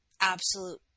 absolute